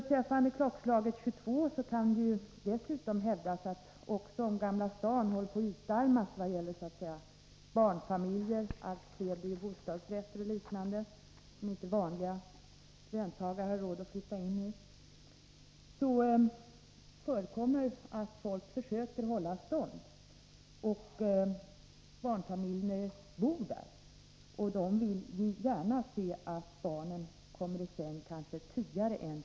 Beträffande klockslaget 22.00 kan det dessutom hävdas: Även om Gamla stan håller på att utarmas vad gäller barnfamiljer — det blir ju allt fler bostadsrätter, som vanliga löntagare inte har råd att flytta in i — förekommer det att folk försöker hålla stånd och att barnfamiljer bor i Gamla stan. De vill gärna se att barnen kommer i säng kanske tidigare än kl.